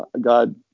God